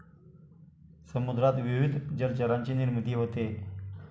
समुद्रात विविध जलचरांची निर्मिती होते